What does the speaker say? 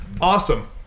Awesome